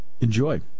Enjoy